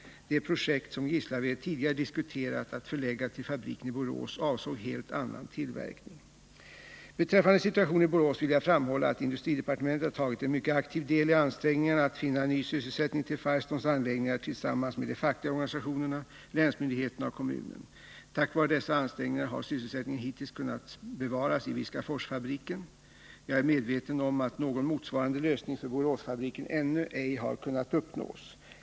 Det projekt som Gislaved tidigare diskuterat att förlägga till fabriken i Borås avsåg helt annan tillverkning. Beträffande situationen i Borås vill jag framhålla, att industridepartementet har tagit en mycket aktiv del i ansträngningarna att finna ny sysselsättning till Firestones anläggningar tillsammans med de fackliga organisationerna, länsmyndigheterna och kommunen. Tack vare dessa ansträngningar har sysselsättningen hittills kunnat bevaras i Viskaforsfabriken. Jag är medveten om att någon motsvarande lösning för Boråsfabriken ännu ej har kunnat uppnås.